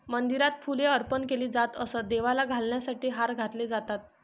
मंदिरात फुले अर्पण केली जात असत, देवाला घालण्यासाठी हार घातले जातात